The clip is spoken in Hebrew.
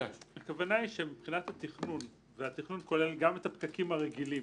הכוונה היא שמבחינת התכנון והתכנון כולל גם את הפקקים הרגילים,